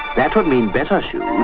that would mean better shoes